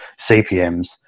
CPMs